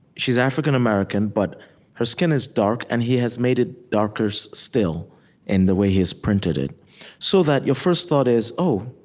she's african-american, but her skin is dark, and he has made it darker so still in the way he has printed it so that your first thought is, oh,